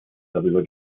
darüber